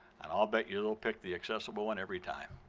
and i'll bet you they'll pick the accessible one every time.